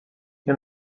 nie